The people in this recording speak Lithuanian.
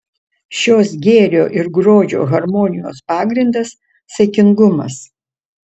šios gėrio ir grožio harmonijos pagrindas saikingumas